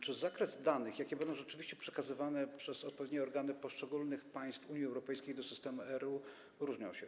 Czy zakres danych, jakie rzeczywiście będą przekazywane przez odpowiednie organy poszczególnych państw Unii Europejskiej do systemu ERRU, różni się?